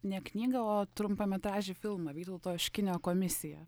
ne knygą o trumpametražį filmą vytauto oškinio komisija